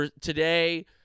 Today